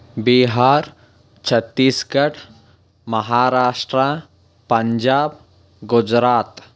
Bihar Chhattisgarh Maharashtra Punjab Gujarat